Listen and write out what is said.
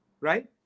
Right